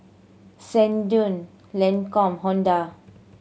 Sensodyne Lancome Honda